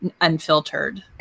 unfiltered